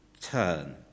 turn